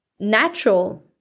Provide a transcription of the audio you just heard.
natural